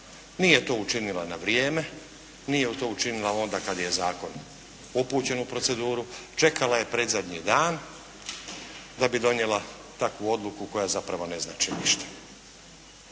Nije to učinila na vrijeme, nije to učinila onda kad je zakon upućen u proceduru. Čekala je predzadnji dan da bi donijela takvu odluku koja zapravo ne znači ništa.